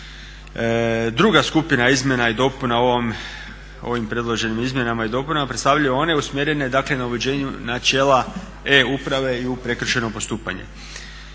Druga skupina izmjena i dopunama o ovim predloženim izmjenama i dopunama predstavljaju one usmjerene na uređenju načela E uprave i u prekršajno postupanje.